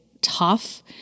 tough